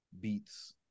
Beats